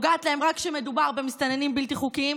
הדבר הזה הוא דבר חריג,